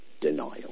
denial